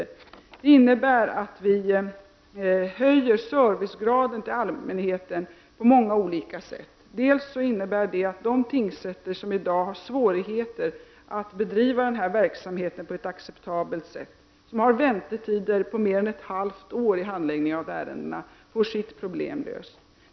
Servicegraden till allmänheten höjs på många olika sätt. Vidare betyder det att de tingsrätter som i dag har svårt att bedriva sin verksamhet på ett acceptabelt sätt och har väntetider på mer än ett halvår i handläggningen av ärenden får sina problem lösta.